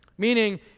Meaning